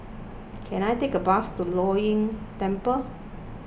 can I take a bus to Lei Yin Temple